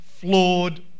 flawed